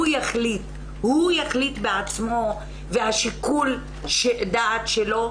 הוא יחליט בעצמו בשיקול הדעת שלו,